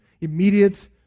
Immediate